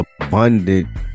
abundant